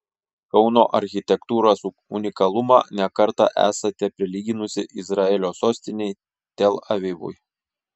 kauno architektūros unikalumą ne kartą esate prilyginusi izraelio sostinei tel avivui